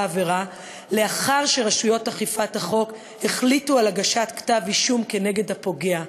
העבירה לאחר שרשויות אכיפת החוק החליטו על הגשת כתב אישום כנגד הפוגע.